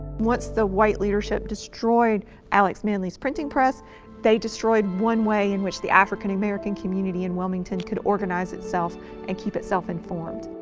once the white leadership destroyed alex manly's printing press they destroyed one way in which the african-american community in wilmington could organize itself and keep itself informed.